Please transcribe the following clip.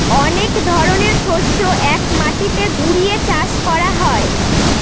অনেক ধরনের শস্য এক মাটিতে ঘুরিয়ে চাষ করা হয়